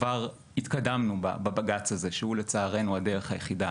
כבר התקדמנו בבג"ץ הזה, שהוא לצערנו הדרך היחידה.